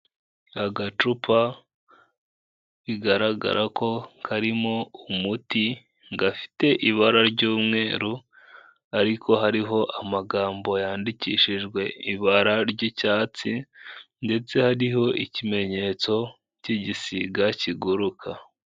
Agacupa bigaragara ko karimo umuti, gafite ibara ry'umweru ariko hariho amagambo yandikishijwe ibara ry'icyatsi ndetse hariho ikimenyetso cy'igisiga kiguruka.